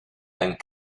and